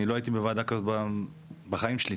אני לא הייתי בוועדה כזאת בחיים שלי.